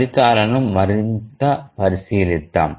ఫలితాలను మరింత పరిశీలిద్దాం